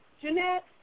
Jeanette